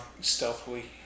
stealthily